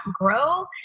grow